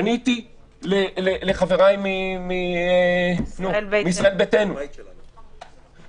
פניתי לחבריי מישראל ביתנו